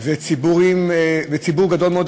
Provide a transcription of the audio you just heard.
של ציבור גדול מאוד,